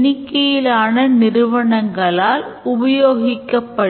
சில பணிகளை பயிற்சி செய்வதன் மூலம் use case model ஐ உருவாக்கலாம்